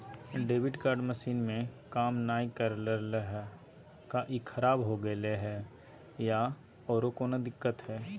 Debit card machine में काम नाय कर रहले है, का ई खराब हो गेलै है बोया औरों कोनो दिक्कत है?